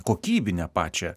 kokybinę pačią